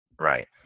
Right